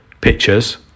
pictures